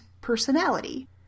personality